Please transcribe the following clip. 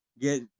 get